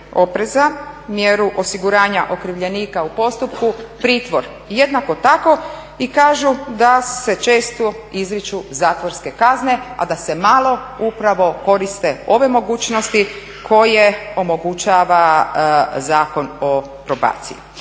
opreza, mjeru osiguranja okrivljenika u postupku pritvor, jednako tako kažu da se često izriču zatvorske kazne, a da se malo upravo koriste ove mogućnosti koje omogućava Zakon o probaciji.